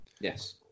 Yes